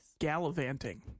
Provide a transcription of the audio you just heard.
Gallivanting